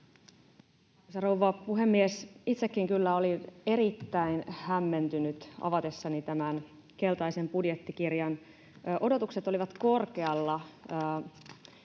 rouva puhemies! Itsekin kyllä olin erittäin hämmentynyt avatessani tämän keltaisen budjettikirjan. Odotukset olivat korkealla